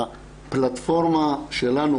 שהפלטפורמה שלנו,